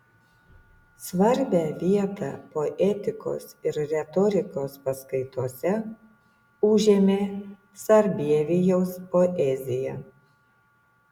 svarbią vietą poetikos ir retorikos paskaitose užėmė sarbievijaus poezija